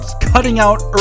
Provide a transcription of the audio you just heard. cutting-out